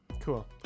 Cool